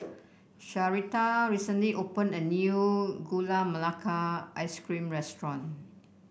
Sharita recently opened a new Gula Melaka Ice Cream restaurant